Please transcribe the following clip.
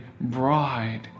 bride